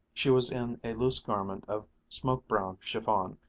she was in a loose garment of smoke-brown chiffon,